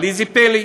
אבל ראו זה פלא: